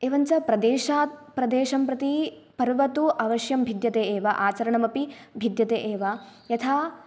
एवं च प्रदेशात् प्रदेशं प्रति पर्व तु अवश्यं भिद्यते एव आचरणमपि भिद्यते एव यथा